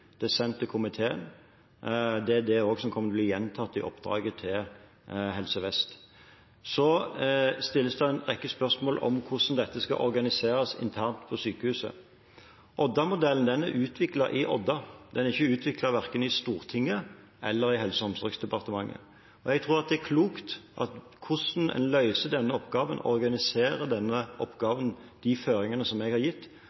og sendt til komiteen, og det kommer til å bli gjentatt i oppdraget til Helse Vest. Så stilles det en rekke spørsmål om hvordan dette skal organiseres internt på sykehuset. Odda-modellen er utviklet i Odda, og verken i Stortinget eller i Helse- og omsorgsdepartementet. Jeg tror det er klokt at hvordan en løser og organiserer denne oppgaven med de føringene jeg har gitt,